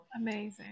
Amazing